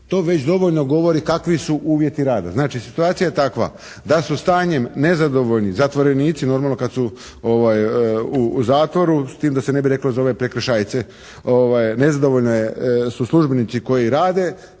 To već dovoljno govori kakvi su uvjeti rada. Znači situacija je takva da su stanjem nezadovoljni zatvorenici normalno kad su u zatvoru, s tim da se ne bi reklo za ove prekršajce, nezadovoljni su službenici koji rade